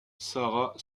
sarah